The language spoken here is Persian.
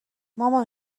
مامان